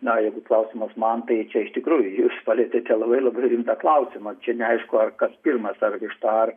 na jeigu klausimas man tai čia iš tikrųjų jūs palietėte labai labai rimtą klausimą čia neaišku ar kas pirmas ar višta